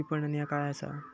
विपणन ह्या काय असा?